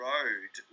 Road